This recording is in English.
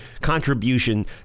contribution